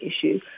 issue